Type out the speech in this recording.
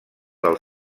del